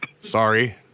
sorry